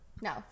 No